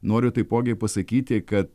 noriu taipogi pasakyti kad